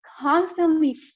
constantly